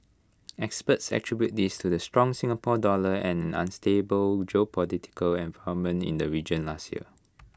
experts attribute this the strong Singapore dollar and an unstable geopolitical environment in the region last year